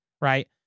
right